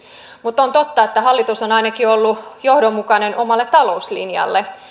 mutta on totta että hallitus on ainakin ollut johdonmukainen omalle talouslinjalleen